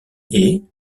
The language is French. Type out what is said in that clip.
est